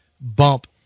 bump